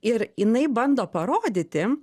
ir jinai bando parodyti